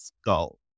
skull